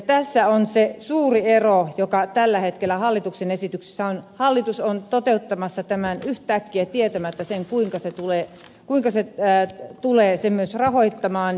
tässä on se suuri ero joka tällä hetkellä hallituksen esityksessä on hallitus on toteuttamassa tämän yhtäkkiä tietämättä kuinka se tulee sen rahoittamaan